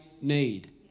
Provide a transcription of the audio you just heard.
need